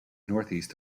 northeast